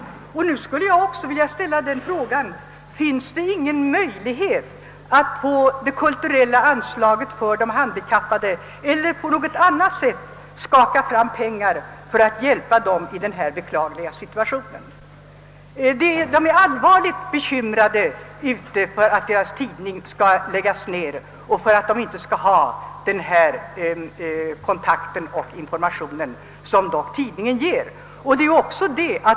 Jag vill därför fråga om det inte finns någon möjlighet att via det kulturella anslaget eller på något annat sätt skaffa pengar för att hjälpa de döva. De är allvarligt bekymrade för att deras tidning skall läggas ned och de i fortsättningen inte skall få den kontakt och information som tidningen ger.